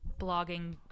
blogging